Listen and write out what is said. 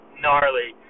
gnarly